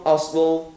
Oswald